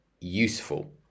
useful